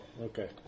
okay